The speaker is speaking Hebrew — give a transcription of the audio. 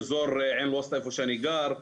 באזור עין אל ווסטא איפה שאני גר.